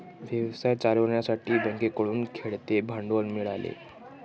व्यवसाय चालवण्यासाठी बँकेकडून खेळते भांडवल मिळाले